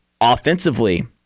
offensively –